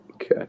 Okay